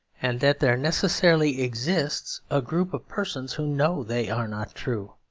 and that there necessarily exists a group of persons who know they are not true.